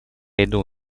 иду